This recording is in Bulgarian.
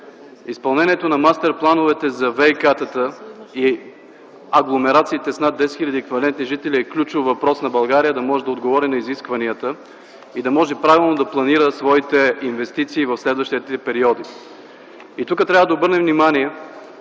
изпълнението на мастерс плановете за ВиК-тата и агломерациите с над 10 000 еквивалентни жители е ключов въпрос на България, за да може да отговори на изискванията и да може правилно да планира своите инвестиции в следващите периоди. Тук трябва да обърнем внимание,